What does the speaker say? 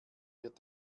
wird